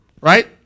right